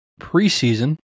preseason –